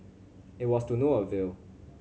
it was to no avail